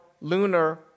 lunar